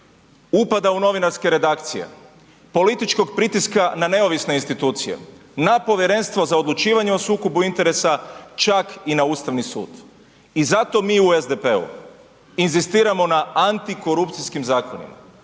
upada u novinarske redakcije, političkog pritiska na neovisne institucije, na Povjerenstvo za odlučivanje o sukobu interesa, čak i na Ustavni sud. I zato mi u SDP-u inzistiramo na antikorupcijskim zakonima,